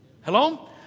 Hello